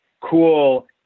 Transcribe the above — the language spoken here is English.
cool